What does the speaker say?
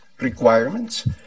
requirements